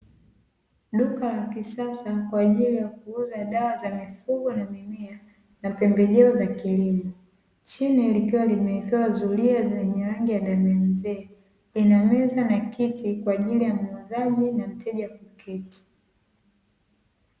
Duka la kisasa kwa ajili ya kuuza dawa za mifugo na mimea na pembejeo za kilimo, chini likiwa limewekewa zulia la rangi ya damu ya mzee, lina meza na kiti kwa ajili ya muuzaji na mteja kuketi.